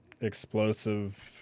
Explosive